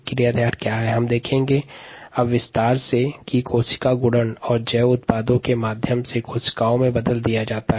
क्रियाधार में कोशिका गुणन के पश्चात् जैव उत्पाद के रूप में कोशिका के रूप में रूपांतरित हो जाते है